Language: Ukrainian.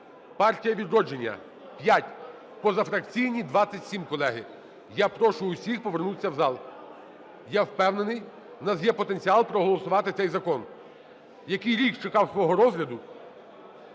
"Партія "Відродження" – 5, позафракційні – 27, колеги. Я прошу всіх повернутися в зал. Я впевнений, в нас є потенціал проголосувати цей закон, який рік чекав свого розгляду.